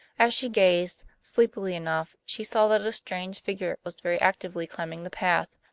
as she gazed, sleepily enough, she saw that a strange figure was very actively climbing the path,